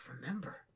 remember